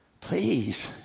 please